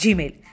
Gmail